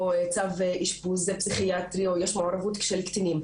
צו אישפוז פסיכיאטרי או כשיש מעורבות של קטינים,